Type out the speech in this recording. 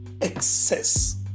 excess